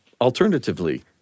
alternatively